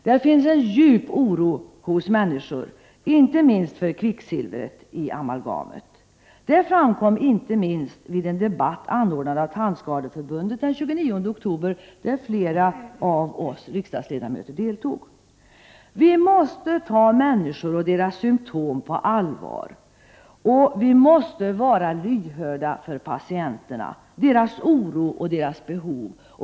Det finns en djup oro hos människor, inte minst för kvicksilvret i amalgamet. Det framkom inte minst vid en debatt anordnad av Tandskadeförbundet den 29 oktober, där flera av oss riksdagsledamöter deltog. Vi måste ta människor och deras symtom på allvar. Vi måste vara lyhörda för patienternas oro och behov.